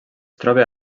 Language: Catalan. troba